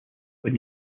when